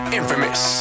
Infamous